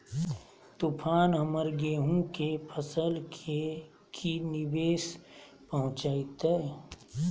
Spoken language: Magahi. तूफान हमर गेंहू के फसल के की निवेस पहुचैताय?